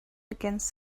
against